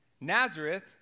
Nazareth